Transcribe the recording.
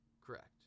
Correct